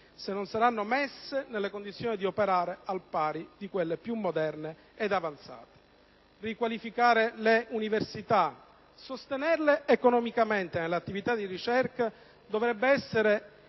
se non saranno messe nelle condizioni di operare al pari di quelle più moderne ed avanzate. Riqualificare le università e sostenerle economicamente nell'attività di ricerca dovrebbe essere